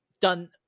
done